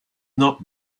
not